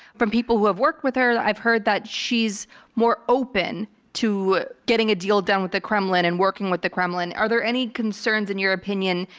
from people who have worked with her i've heard that she's more open to getting a deal done with the kremlin and working with the kremlin. are there any concerns, in your opinion,